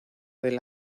del